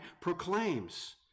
proclaims